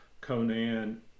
Conan